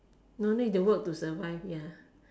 no need to work to survive ya